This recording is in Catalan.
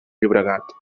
llobregat